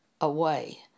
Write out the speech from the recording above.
away